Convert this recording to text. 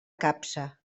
capsa